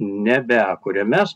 nebekuria mes